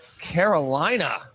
carolina